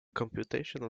computational